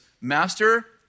Master